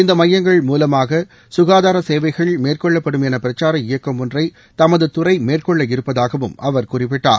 இந்த மையங்கள் மூலமாக சுகாதார சேவைகள் மேற்கொள்ளப்படும் என பிரச்சார இயக்கம் ஒன்றை தமது துறை மேற்கொள்ள இருப்பதாகவும் அவர் குறிப்பிட்டார்